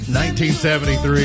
1973